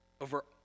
over